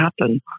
happen